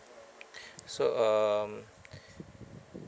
so um